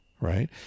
right